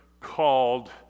called